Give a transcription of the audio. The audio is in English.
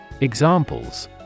Examples